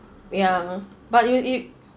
ya but you you